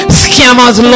scammers